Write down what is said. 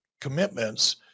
commitments